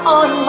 on